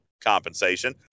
compensation